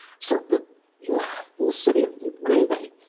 so the the city of green bay,